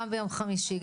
גם ביום חמישי,